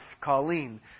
Colleen